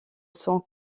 son